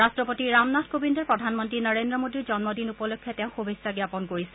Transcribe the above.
ৰাট্টপতি ৰামনাথ কোবিন্দে প্ৰধানমন্তী নৰেন্দ্ৰ মোদীৰ জন্মদিন উপলক্ষে তেওঁক শুভেচ্ছা জনাইছে